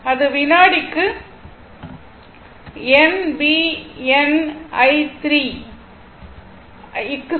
அது வினாடிக்கு π b n i3 க்கு சமம்